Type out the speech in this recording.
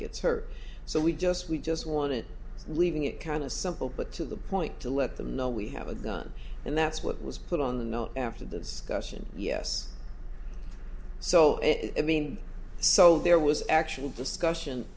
gets hurt so we just we just wanted leaving it kind of simple but to the point to let them know we have a gun and that's what was put on the no after discussing yes so it mean so there was actual discussion